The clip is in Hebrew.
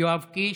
יואב קיש,